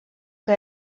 que